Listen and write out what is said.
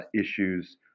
issues